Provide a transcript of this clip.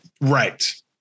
Right